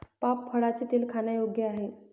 palm फळाचे तेल खाण्यायोग्य आहे